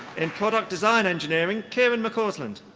in product design engineering, kieran mcausland.